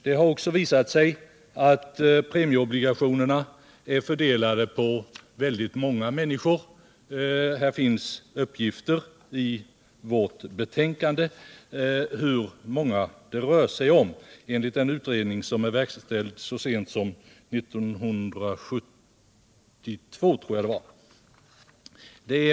Det har också visat sig att premieobligationerna är fördelade på väldigt många människor; i vårt betänkande finns uppgifter på hur många det rör sig om enligt en utredning, verkställd så sent som 1972.